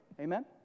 amen